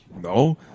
no